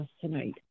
tonight